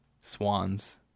Swans